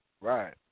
Right